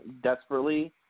desperately